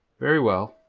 very well.